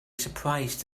surprise